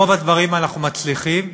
ברוב הדברים אנחנו מצליחים.